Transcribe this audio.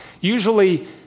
usually